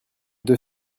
deux